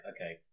okay